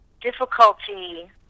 difficulty